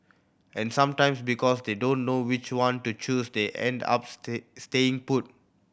and sometimes because they don't know which one to choose they end up stay staying put